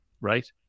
Right